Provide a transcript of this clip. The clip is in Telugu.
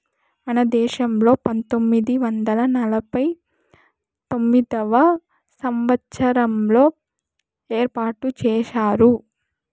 మన దేశంలో పంతొమ్మిది వందల నలభై తొమ్మిదవ సంవచ్చారంలో ఏర్పాటు చేశారు